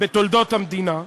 בתולדות המדינה,